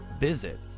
visit